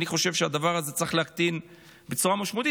אני חושב שאת הדבר הזה צריך להקטין בצורה משמעותית.